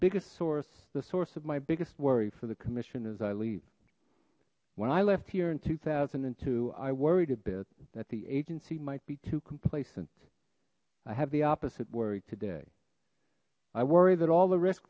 biggest source the source of my biggest worry for the commission as i leave when i left here in two thousand and two i worried a bit that the agency might be too complacent i have the opposite worry today i worry that all the risk